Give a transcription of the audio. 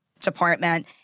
department